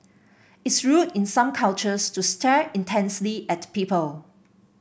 it's rude in some cultures to stare intensely at people